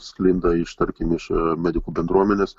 sklinda iš tarkim iš medikų bendruomenės